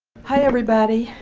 hi everybody.